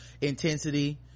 intensity